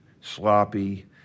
sloppy